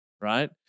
Right